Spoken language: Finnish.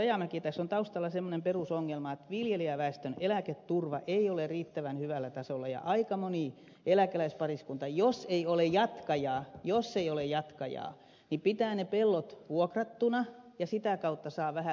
rajamäki tässä on taustalla semmoinen perusongelma että viljelijäväestön eläketurva ei ole riittävän hyvällä tasolla ja aika moni eläkeläispariskunta jos ei ole jatkajaa jos ei ole jatkajaa pitää ne pellot vuokrattuina ja sitä kautta saa vähän lisäansiota